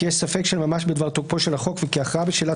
כי יש ספק של ממש בדבר תוקפו של החוק וכי הכרעה בשאלת